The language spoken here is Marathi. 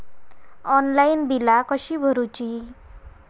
ऑनलाइन बिला कशी भरूची?